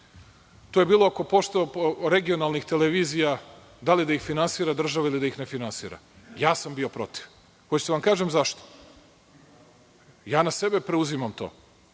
To je bilo oko regionalnih televizija, da li da ih finansira država ili da ih ne finansira. Ja sam bio protiv. Hoćete da vam kažem zašto? Ja na sebe preuzimam to.